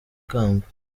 kamba